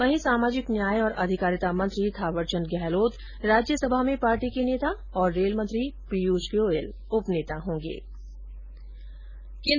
वहीं सामाजिक न्याय और अधिकारिता मंत्री थावरचंद गहलोत राज्य सभा में पार्टी के नेता और रेल मंत्री पीयूष गोयल को उप नेता बनाया गया है